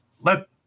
let